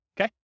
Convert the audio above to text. Okay